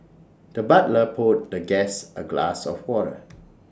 the butler poured the guest A glass of water